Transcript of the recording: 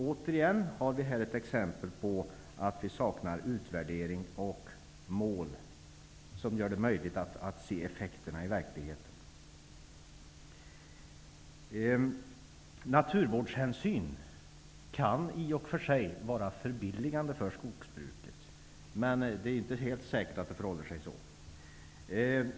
Återigen har vi här ett exempel på att vi saknar utvärdering och mål vilka gör det möjligt att se effekterna i verkligheten. Naturvårdshänsyn kan i och för sig vara förbilligande för skogsbruket. Men det är inte helt säkert att det förhåller sig så.